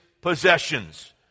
possessions